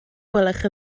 gwelwch